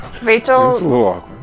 Rachel